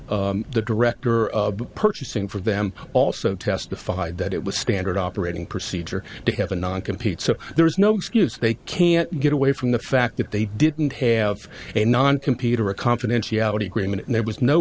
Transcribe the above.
and the director of purchasing for them also testified that it was standard operating procedure to have a non compete so there is no excuse they can't get away from the fact that they didn't have a non computer a confidentiality agreement and there was no